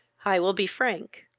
i will be frank,